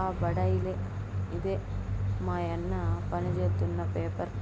ఆ బడాయిలే ఇదే మాయన్న పనిజేత్తున్న పేపర్